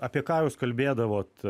apie ką jūs kalbėdavot